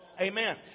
Amen